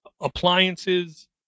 appliances